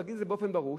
להגיד באופן ברור,